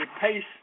pace